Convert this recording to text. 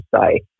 say